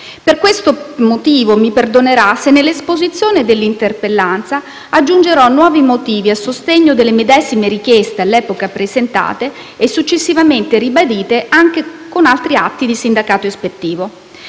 Per questo motivo mi perdonerà se nell'esposizione dell'interpellanza aggiungerò nuovi motivi a sostegno delle medesime richieste all'epoca presentate e successivamente ribadite anche con altri atti di sindacato ispettivo.